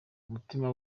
umutima